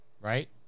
right